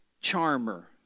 charmer